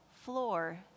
floor